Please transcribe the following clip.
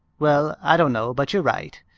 well, i don't know but you're right.